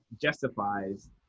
justifies